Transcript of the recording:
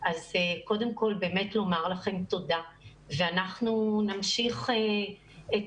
אז קודם כל באמת לומר לכם תודה ואנחנו נמשיך את